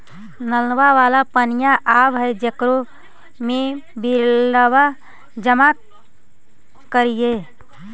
नलवा वाला पनिया आव है जेकरो मे बिलवा जमा करहिऐ?